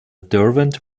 derwent